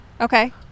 Okay